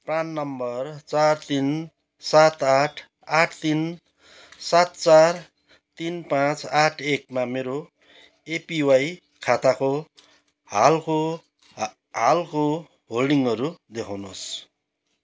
PRAN number चार तिन सात आठ आठ तिन सात चार तिन पाँच आठ एकमा मेरो एपिवाई खाताको हालको हालको होल्डिङहरू देखाउनुहोस्